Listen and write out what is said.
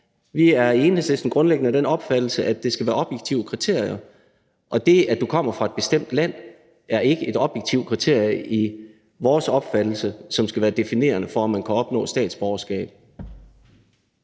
Vi er i Enhedslisten grundlæggende af den opfattelse, at der skal være objektive kriterier, og det, at du kommer fra et bestemt land, er efter vores opfattelse ikke et objektivt kriterie, som skal være definerende for, om du kan opnå statsborgerskab.